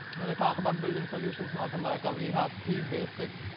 i'm going to talk about building solutions north america. we have three basic